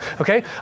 Okay